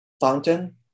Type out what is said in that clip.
fountain